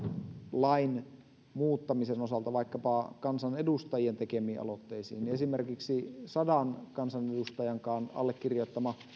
lain muuttamisen osalta vaikkapa kansanedustajien tekemiin aloitteisiin niin esimerkiksi sataan kansanedustajankaan allekirjoittama